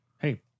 Hey